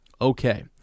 Okay